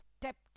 stepped